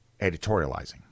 editorializing